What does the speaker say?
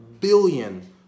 billion